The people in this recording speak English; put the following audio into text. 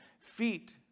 Feet